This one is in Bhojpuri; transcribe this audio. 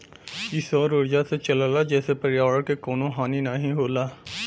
इ सौर उर्जा से चलला जेसे पर्यावरण के कउनो हानि नाही होला